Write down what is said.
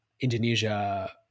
Indonesia